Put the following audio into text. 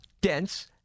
dense